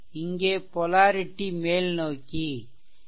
இங்கே பொலாரிடி மேல்நோக்கிஇது 4 Ω